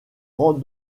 rang